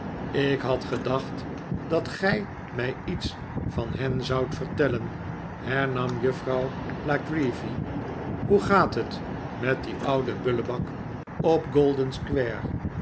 ik had gedacht dat gij mij iets van hen zoudt vertellen hernam juf frouw la creevy hoe gaat het met dien ouden bullebak op